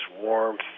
warmth